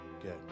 Good